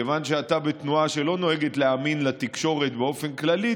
כיוון שאתה בתנועה שלא נוהגת להאמין לתקשורת באופן כללי,